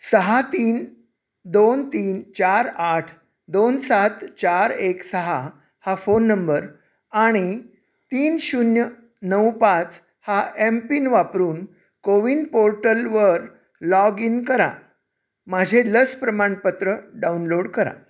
सहा तीन दोन तीन चार आठ दोन सात चार एक सहा हा फोन नंबर आणि तीन शून्य नऊ पाच हा एम पिन वापरून को विन पोर्टलवर लॉग इन करा माझे लस प्रमाणपत्र डाउनलोड करा